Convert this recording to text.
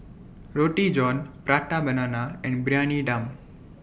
Roti John Prata Banana and Briyani Dum